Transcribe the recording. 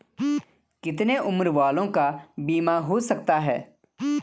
कितने उम्र वालों का बीमा हो सकता है?